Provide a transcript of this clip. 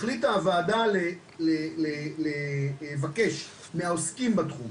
החליטה הוועדה לבקש מהעוסקים בתחום,